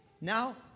Now